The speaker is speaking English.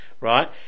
right